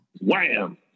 Wham